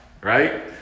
Right